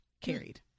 Carried